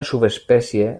subespècie